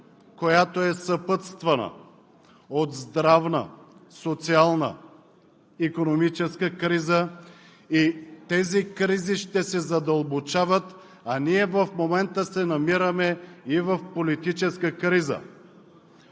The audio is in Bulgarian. която е съпътствана от здравна, социална, икономическа криза, и тези кризи ще се задълбочават, а ние в момента се намираме и в политическа криза.